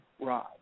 ride